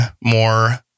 more